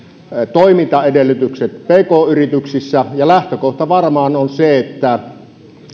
toimintaedellytykset pk yrityksissä ja lähtökohta varmaan on se että